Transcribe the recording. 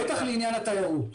בטח לעניין התיירות.